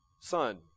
son